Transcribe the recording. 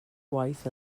gwaith